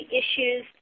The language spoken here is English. issues